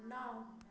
नओ